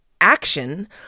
action